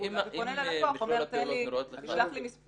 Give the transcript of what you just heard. אמרתם שהוא אנונימי.